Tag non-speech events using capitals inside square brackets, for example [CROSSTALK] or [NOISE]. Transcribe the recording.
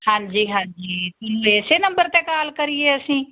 ਹਾਂਜੀ ਹਾਂਜੀ [UNINTELLIGIBLE] ਇਸ ਨੰਬਰ 'ਤੇ ਕਾਲ ਕਰੀਏ ਅਸੀਂ